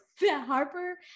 harper